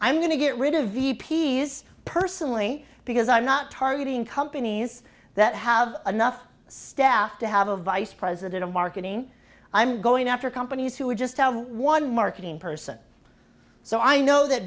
i'm going to get rid of v p's personally because i'm not targeting companies that have enough staff to have a vice president of marketing i'm going after companies who are just one marketing person so i know that